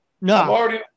No